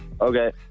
Okay